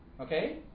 Okay